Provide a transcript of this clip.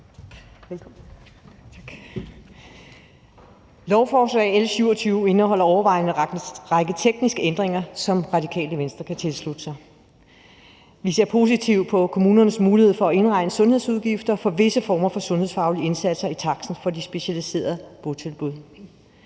Lovforslag L 27 indeholder overvejende en række tekniske ændringer, som Radikale Venstre kan tilslutte sig. Vi ser positivt på kommunernes mulighed for at indregne sundhedsudgifter for visse former for sundhedsfaglige indsatser i taksten for de specialiserede botilbud.